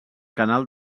canal